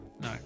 No